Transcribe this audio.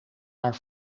haar